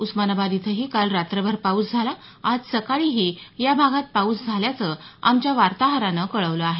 उस्मानाबाद इथंही काल रात्रभर पाऊस झाला आज सकाळीही या भागात पाऊस झाल्याचं आमच्या वार्ताहरानं कळवलं आहे